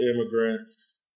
immigrants